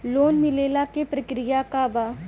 Loan मिलेला के प्रक्रिया का बा?